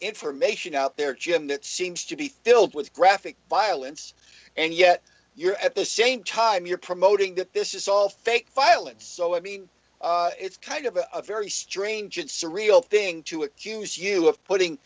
information out there jim that she seems to be filled with graphic violence and yet you're at the same time you're promoting that this is all fake file it so i mean it's kind of a very strange and surreal thing to accuse you of putting